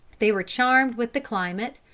they were charmed with the climate,